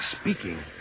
speaking